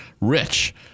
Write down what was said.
rich